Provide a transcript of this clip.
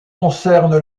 concerne